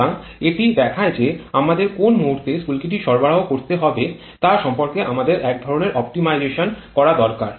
সুতরাং এটি দেখায় যে আমাদের কোন মুহূর্তে স্ফুলকিটি সরবরাহ করতে হবে তা সম্পর্কে আমাদের এক ধরণের অপ্টিমাইজেশন করা দরকার